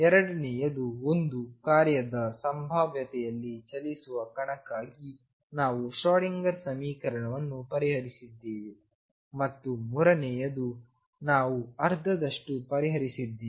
ಎರಡನೆಯದು ಒಂದು ಕಾರ್ಯದ ಸಂಭಾವ್ಯತೆಯಲ್ಲಿ ಚಲಿಸುವ ಕಣಕ್ಕಾಗಿ ನಾವು ಶ್ರೋಡಿಂಗರ್ ಸಮೀಕರಣವನ್ನು ಪರಿಹರಿಸಿದ್ದೇವೆ ಮತ್ತು ಮೂರನೆಯದನ್ನು ನಾವು ಅರ್ಧದಷ್ಟು ಪರಿಹರಿಸಿದ್ದೇವೆ